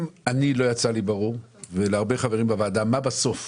אם לי לא ברור מה הולך להיות ממוסה